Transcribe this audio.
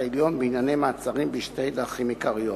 העליון בענייני מעצרים בשתי דרכים עיקריות.